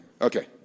Okay